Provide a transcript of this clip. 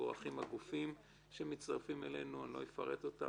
מבורכים הגופים שמצטרפים אלינו אני לא אפרט אותם,